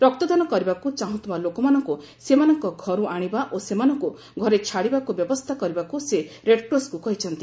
ରକ୍ତଦାନ କରିବାକୁ ଚାହୁଁଥିବା ଲୋକମାନଙ୍କୁ ସେମାନଙ୍କ ଘରୁ ଆଣିବା ଓ ସେମାନଙ୍କୁ ଘରେ ଛାଡ଼ିବାକୁ ବ୍ୟବସ୍ଥା କରିବାକୁ ସେ ରେଡ୍କ୍ରସ୍କୁ କହିଛନ୍ତି